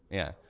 yeah,